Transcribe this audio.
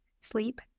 sleep